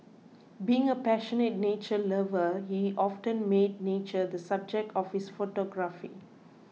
being a passionate nature lover he often made nature the subject of his photography